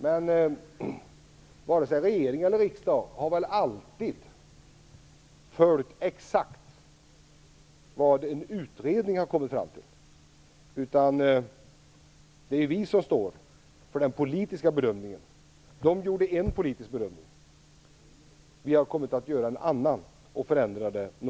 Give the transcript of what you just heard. Men vare sig regering eller riksdag har väl inte alltid följt exakt vad en utredning har kommit fram till. Det är ju vi som står för den politiska bedömningen. Utredningen gjorde en politisk bedömning, vi har kommit att göra en annan.